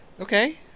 Okay